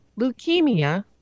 leukemia